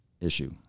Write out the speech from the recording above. issue